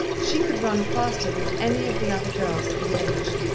she could run faster than any of the other girls at liege,